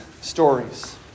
stories